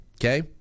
Okay